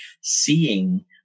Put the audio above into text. seeing